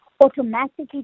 automatically